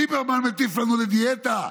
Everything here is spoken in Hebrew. ליברמן מטיף לנו לדיאטה?